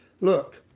Look